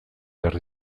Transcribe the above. behar